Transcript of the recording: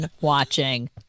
watching